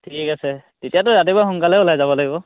ঠিক আছে তেতিয়াতো ৰাতিপুৱা সোনকালে ওলাই যাব লাগিব